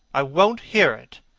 i won't hear it!